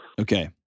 Okay